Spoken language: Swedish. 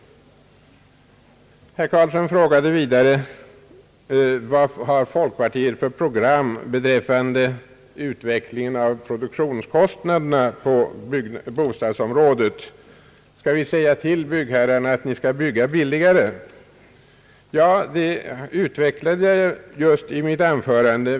folkpartiet har för program beträffande utvecklingen av produktionskostnaderna på bostadsområdet: Skall vi säga till byggherrarna att de skall bygga billigare? Detta utvecklade jag just i mitt anförande.